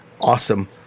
awesome